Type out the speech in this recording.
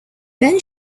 then